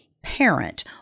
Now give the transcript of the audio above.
parent